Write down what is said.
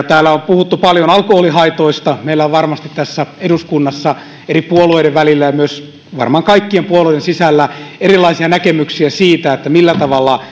täällä on puhuttu paljon alkoholihaitoista meillä on varmasti tässä eduskunnassa eri puolueiden välillä ja myös varmaan kaikkien puolueiden sisällä erilaisia näkemyksiä siitä millä tavalla